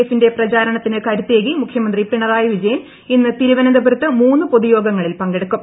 എഫിന്റെ പ്രചാരണത്തിന് കരുത്തേകി മുഖ്യമന്ത്രി പിണറായി വിജയൻ ഇന്ന് തിരുവനന്തപുരത്ത് മൂന്ന് പൊതുയോഗങ്ങളിൽ പങ്കെടുക്കും